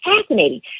fascinating